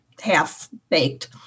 half-baked